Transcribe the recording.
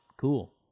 cool